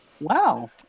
Wow